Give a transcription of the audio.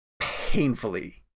painfully